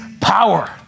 power